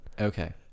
Okay